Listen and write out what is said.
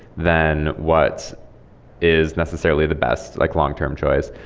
than what is necessarily the best like long-term choice.